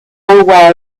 aware